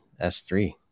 S3